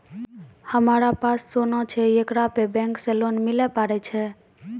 हमारा पास सोना छै येकरा पे बैंक से लोन मिले पारे छै?